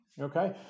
Okay